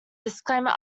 disclaimer